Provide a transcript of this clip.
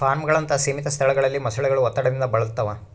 ಫಾರ್ಮ್ಗಳಂತಹ ಸೀಮಿತ ಸ್ಥಳಗಳಲ್ಲಿ ಮೊಸಳೆಗಳು ಒತ್ತಡದಿಂದ ಬಳಲ್ತವ